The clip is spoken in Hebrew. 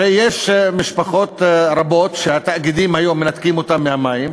הרי יש משפחות רבות שהיום התאגידים מנתקים אותן מהמים,